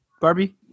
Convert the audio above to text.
barbie